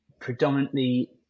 predominantly